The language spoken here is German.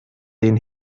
den